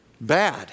bad